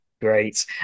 great